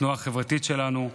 התנועה החברתית שלנו,